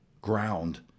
ground